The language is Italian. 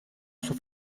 suo